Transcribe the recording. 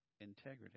integrity